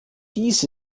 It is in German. dies